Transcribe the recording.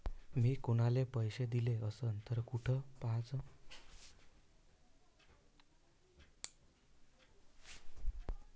मिन कुनाले पैसे दिले असन तर कुठ पाहाचं?